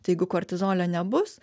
tai jeigu kortizolio nebus